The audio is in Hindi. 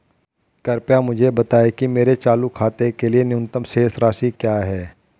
कृपया मुझे बताएं कि मेरे चालू खाते के लिए न्यूनतम शेष राशि क्या है